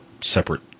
separate